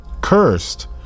Cursed